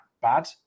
bad